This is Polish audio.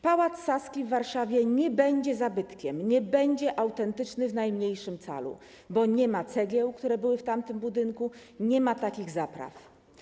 Pałac Saski w Warszawie nie będzie zabytkiem, nie będzie autentyczny w najmniejszym calu, bo nie ma cegieł, które były w tamtym budynku, nie ma takich zapraw.